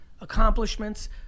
accomplishments